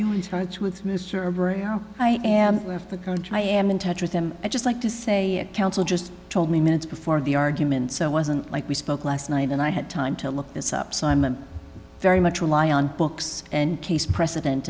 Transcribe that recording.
am i am in touch with them i just like to say counsel just told me minutes before the arguments so it wasn't like we spoke last night and i had time to look this up simon very much rely on books and case precedent